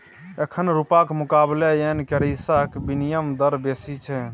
एखन रुपाक मुकाबले येन करेंसीक बिनिमय दर बेसी छै